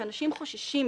ואנשים חוששים,